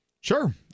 Sure